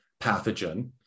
pathogen